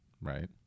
right